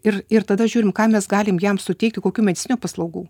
ir ir tada žiūrim ką mes galim jam suteikti kokių medicininių paslaugų